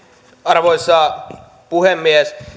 arvoisa puhemies